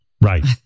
Right